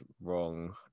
wrong